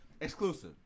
exclusive